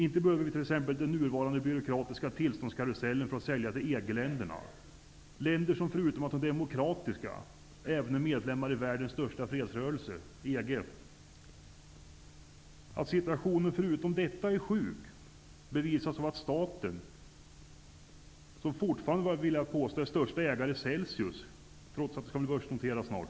Inte behöver vi t.ex. den nuvarande byråkratiska tillståndskarusellen för att sälja till EG-länderna -- länder som förutom att de är demokratiska även är medlemmar i världens största fredsrörelse, EG. Att situationen även förutom detta är sjuk bevisas av förhållandena beträffande Celsius, där staten fortfarande är störste ägare, trots att företaget snart skall börsnoteras.